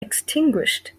extinguished